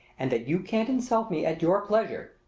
and that you can't insult me at your pleasure,